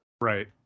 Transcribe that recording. right